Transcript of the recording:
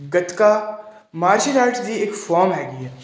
gatka martial arts ਦੀ ਇੱਕ form ਹੈਗੀ ਹੈ